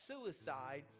suicide